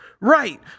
Right